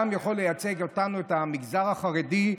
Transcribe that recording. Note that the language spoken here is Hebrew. הוא גם יכול לייצג אותנו, את המגזר החרדי,